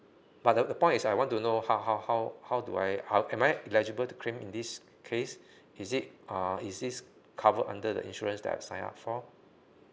but the the point is I want to know how how how how do I am I eligible to claim in this case is it uh is this cover under the insurance that I sign up for